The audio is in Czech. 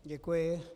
Děkuji.